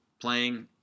playing